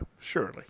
surely